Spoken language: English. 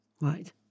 Right